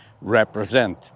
represent